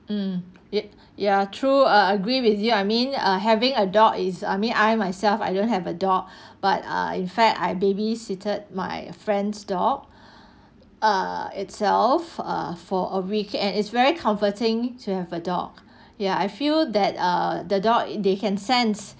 mm ya ya true ah I agree with you I mean err having a dog is I mean I myself I don't have a dog but ah in fact I babysitted my friend's dog err itself err for a week and it's very comforting to have a dog ya I feel that err the dog they can sense